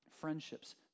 friendships